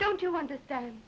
don't you understand